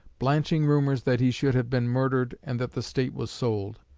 blanching rumours that he should have been murdered and that the state was sold